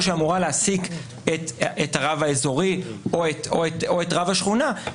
שאמורה להעסיק את הרב האזורי או את רב השכונה,